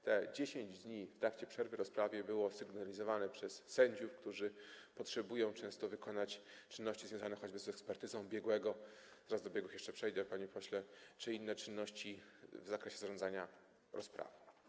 Te 10 dni w trakcie przerwy w rozprawie było sygnalizowane przez sędziów, którzy potrzebują często wykonać czynności związane choćby z ekspertyzą biegłego - zaraz do biegłych jeszcze przejdę, panie pośle - czy inne czynności w zakresie zarządzania rozprawą.